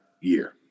year